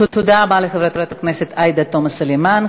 תודה רבה לחברת עאידה תומא סלימאן.